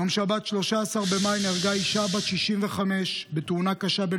ביום שבת 13 במאי נהרגה אישה בת 65 בתאונה קשה בין